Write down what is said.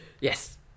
Yes